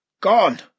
gone